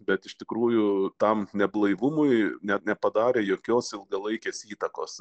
bet iš tikrųjų tam neblaivumui net nepadarė jokios ilgalaikės įtakos